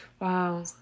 Wow